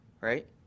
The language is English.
right